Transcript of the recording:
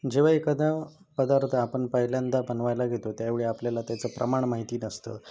जेव्हा एखादा पदार्थ आपण पहिल्यांदा बनवायला घेतो त्यावेळी आपल्याला त्याचं प्रमाण माहिती नसतं